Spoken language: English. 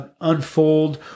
unfold